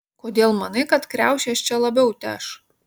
kodėl manai kad kriaušės čia labiau teš